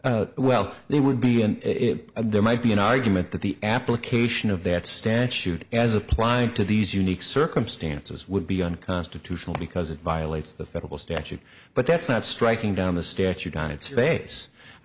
this well they would be in it there might be an argument that the application of that statute as applying to these unique circumstances would be unconstitutional because it violates the federal statute but that's not striking down the statute on its face i